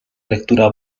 lectura